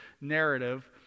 narrative